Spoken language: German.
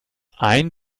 ein